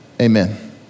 Amen